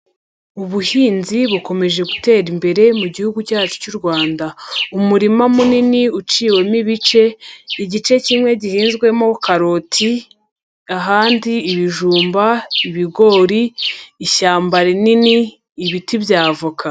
Ubuhinzi bukomeje gutera imbere mu gihugu cyacu cy'u Rwanda. Umurima munini uciwemo ibice, igice kimwe gihinzwemo karoti, ahandi ibijumba, ibigori, ishyamba rinini, ibiti by'avoka.